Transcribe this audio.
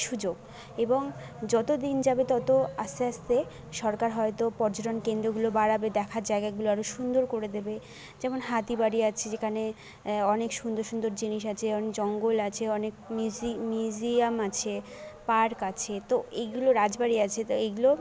সুযোগ এবং যতো দিন যাবে ততো আস্তে আস্তে সরকার হয়তো পর্যটন কেন্দ্রগুলো বাড়াবে দেখার জায়গাগুলো আরও সুন্দর করে দেবে যেমন হাতিবাড়ি আছে যেখানে অনেক সুন্দর সুন্দর জিনিস আছে জঙ্গল আছে অনেক মিউজিয়াম আছে পার্ক আছে তো এইগুলো রাজবাড়ি আছে তো এইগুলো